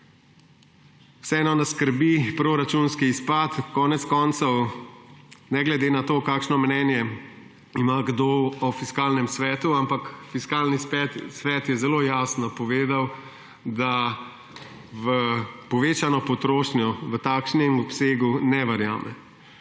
Vseeno nas skrbi proračunski izpad. Konec koncev je ne glede na to, kakšno mnenje ima kdo o Fiskalnem svetu, Fiskalni svet zelo jasno povedal, da v povečano potrošnjo v takšnem obsegu ne verjame.